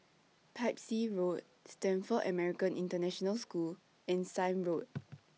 Pepys Road Stamford American International School and Sime Road